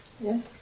Yes